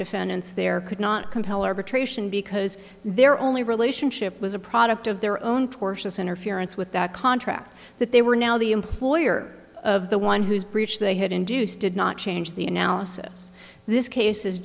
defendants there could not compel arbitration because their only relationship was a product of their own tortious interference with that contract that they were now the employer of the one whose breach they had induced did not change the analysis this case is